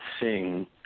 sing